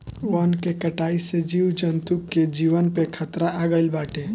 वन के कटाई से जीव जंतु के जीवन पे खतरा आगईल बाटे